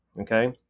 Okay